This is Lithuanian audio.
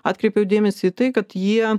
atkreipiau dėmesį į tai kad jie